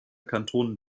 kantonen